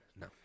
No